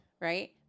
Right